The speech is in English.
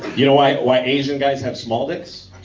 you know why why asian guys have small dicks?